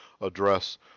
address